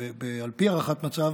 על פי הערכת מצב,